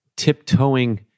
tiptoeing